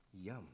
Yum